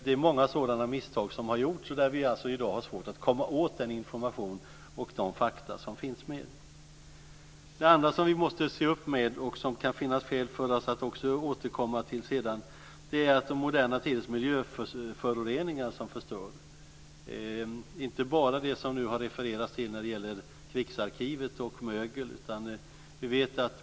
Det är många sådana misstag som har gjorts där vi i dag har svårt att komma åt den information och de fakta som finns. Det andra som vi måste se upp med och som det kan finnas skäl för oss att återkomma till sedan är att den moderna tidens miljöföroreningar förstör. Det gäller inte bara det som nu har refererats till när det gäller Krigsarkivet och mögel.